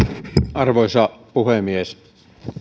arvoisa puhemies